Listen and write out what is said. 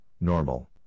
normal